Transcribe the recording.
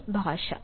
പിന്നെ ഭാഷ